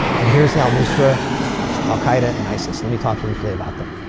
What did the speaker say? and here's the al-nusra al-qaeda, and isis. let me talk briefly about them.